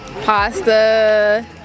Pasta